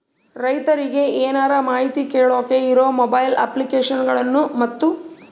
ರೈತರಿಗೆ ಏನರ ಮಾಹಿತಿ ಕೇಳೋಕೆ ಇರೋ ಮೊಬೈಲ್ ಅಪ್ಲಿಕೇಶನ್ ಗಳನ್ನು ಮತ್ತು?